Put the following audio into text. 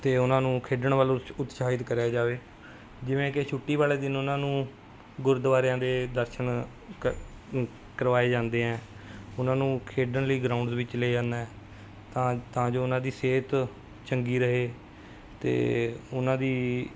ਅਤੇ ਉਹਨਾਂ ਨੂੰ ਖੇਡਣ ਵੱਲ ਉਤ ਉਤਸ਼ਾਹਿਤ ਕਰਿਆ ਜਾਵੇ ਜਿਵੇਂ ਕਿ ਛੁੱਟੀ ਵਾਲੇ ਦਿਨ ਉਹਨਾਂ ਨੂੰ ਗੁਰਦੁਆਰਿਆਂ ਦੇ ਦਰਸ਼ਨ ਕ ਕਰਵਾਏ ਜਾਂਦੇ ਹੈ ਉਹਨਾਂ ਨੂੰ ਖੇਡਣ ਲਈ ਗਰਾਊਂਡ ਵਿੱਚ ਲੈ ਜਾਨਾ ਹੈ ਤਾਂ ਤਾਂ ਜੋ ਉਹਨਾਂ ਦੀ ਸਿਹਤ ਚੰਗੀ ਰਹੇ ਅਤੇ ਉਹਨਾਂ ਦੀ